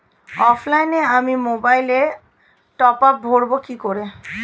অফলাইনে আমি মোবাইলে টপআপ ভরাবো কি করে?